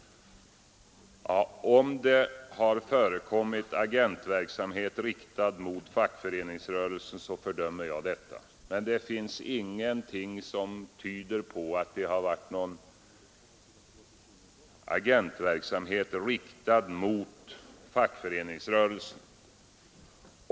Om det har förekommit agentverksamhet riktad mot fackföreningsrörelsen, så fördömer jag det. Men ingenting tyder på att det förekommit någon agentverksamhet riktad mot fackföreningsrörelsen.